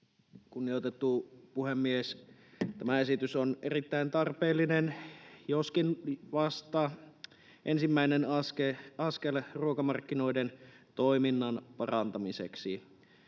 Kunnioitettu puhemies! Tämä esitys on erittäin tarpeellinen, joskin vasta ensimmäinen askel ruokamarkkinoiden toiminnan parantamiseksi.